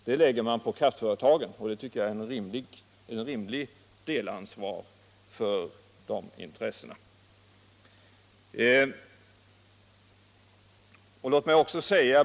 Det tycker jag är ett rimligt delansvar för de intressena.